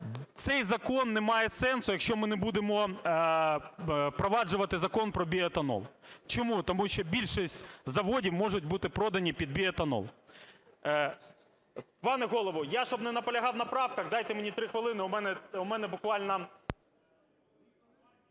Цей закон не має сенсу, якщо ми не будемо впроваджувати Закон про біоетанол. Чому? Тому що більшість заводів можуть бути продані під біоетанол. Пане Голово, я, щоб не наполягав на правках, дайте мені 3 хвилини, у мене буквально…